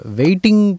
waiting